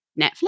Netflix